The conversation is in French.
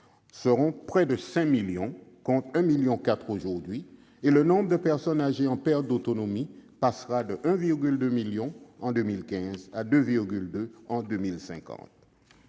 seront près de 5 millions, contre 1,4 million aujourd'hui. Le nombre de personnes âgées en perte d'autonomie passera de 1,2 million en 2015 à 2,2 millions